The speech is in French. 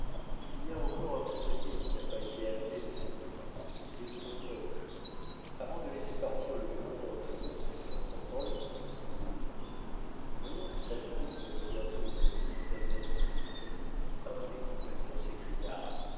il y a encore un prisonnier qui n'a pas été amené devant toi il est de ton peuple avant de laisser partir le huron en triomphe entends le voyant que tamenund regardait autour de lui d'un air de doute un des compagnons s'écria